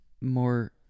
more